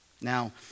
Now